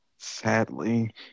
Sadly